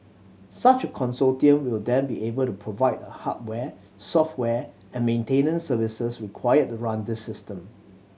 such a consortium will then be able to provide the hardware software and maintenance services required to run this system